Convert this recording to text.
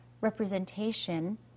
representation